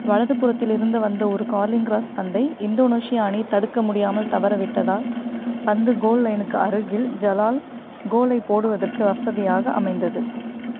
வலது புறத்தில் இருந்து வந்த ஒரு கார்லிங் க்ராஸ் பந்தை இந்தோனேசிய அணி தடுக்க முடியாமல் தவறவிட்டதால் பந்து கோல் லைனுக்கு அருகில் ஜலால் கோலைப் போடுவதற்கு வசதியாக அமைந்தது